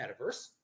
metaverse